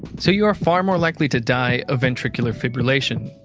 so you are far more likely to die of ventricular fibrillation.